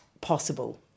possible